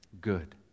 good